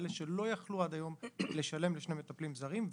כאלה שלא יכלו על היום לשלם לשני מטפלים זרים,